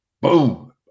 boom